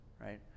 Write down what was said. right